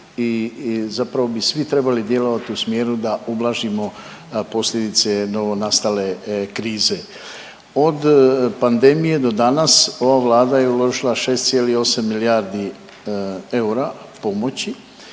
i zapravo bi svi trebali djelovati u smjeru da ublažimo posljedice novonastale krize. Od pandemije do danas ova Vlada je uložila 6,8 milijardi eura pomoći.